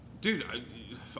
dude